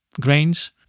grains